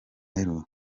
aheruka